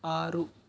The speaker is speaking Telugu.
ఆరు